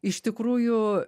iš tikrųjų